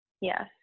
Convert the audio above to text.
Yes